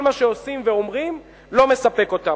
כל מה שעושים ואומרים לא מספק אותם.